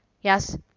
Yes